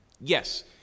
Yes